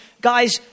Guys